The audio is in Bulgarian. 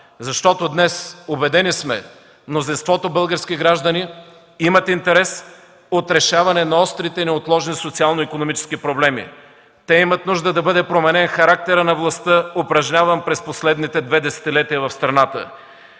Защото днес, убедени сме, мнозинството български граждани имат интерес от решаване на острите и неотложни социално-икономически проблеми. Те имат нужда да бъде променен характерът на властта, упражнявана през последните две десетилетия в страната.